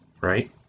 right